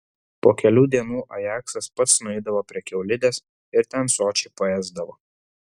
po kelių dienų ajaksas pats nueidavo prie kiaulidės ir ten sočiai paėsdavo